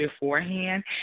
beforehand